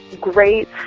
great